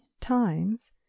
times